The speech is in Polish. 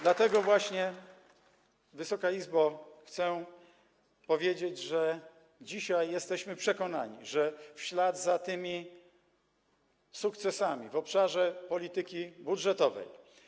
Dlatego właśnie, Wysoka Izbo, chcę powiedzieć, że dzisiaj jesteśmy przekonani, że w ślad za tymi sukcesami w obszarze polityki budżetowej.